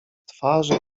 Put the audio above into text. twarzy